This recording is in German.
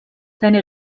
seine